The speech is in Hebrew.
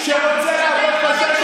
שרוצה לעבוד קשה,